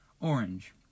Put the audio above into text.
orange